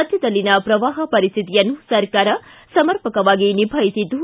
ರಾಜ್ಯದಲ್ಲಿನ ಪ್ರವಾಹ ಪರಿಸ್ಥಿತಿಯನ್ನು ಸರ್ಕಾರ ಸಮರ್ಪಕವಾಗಿ ನಿಭಾಯಿಸಿದ್ದು